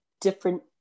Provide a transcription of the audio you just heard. different